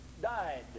died